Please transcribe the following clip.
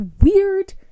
weird